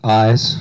eyes